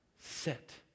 Sit